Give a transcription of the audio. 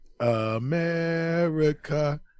America